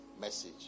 message